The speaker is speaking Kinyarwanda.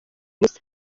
ubusa